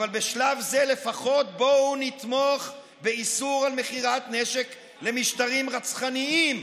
אבל בשלב זה לפחות בואו נתמוך באיסור מכירת נשק למשטרים רצחניים.